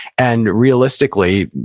and realistically,